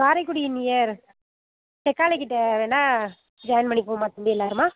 Karaikudi near செக்காலைக்கிட்டே வேணால் join பண்ணிப்போமா தம்பி எல்லாேருமா